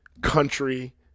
country